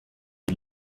die